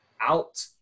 out